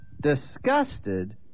Disgusted